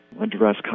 address